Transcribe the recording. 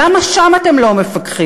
למה שם אתם לא מפקחים?